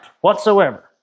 whatsoever